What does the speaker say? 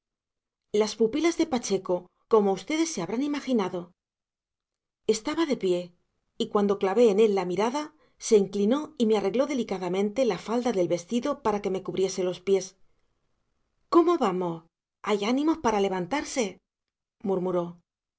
las pupilas de pacheco como ustedes se habrán imaginado estaba de pie y cuando clavé en él la mirada se inclinó y me arregló delicadamente la falda del vestido para que me cubriese los pies cómo vamos hay ánimos para levantarse